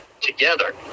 together